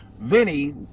Vinny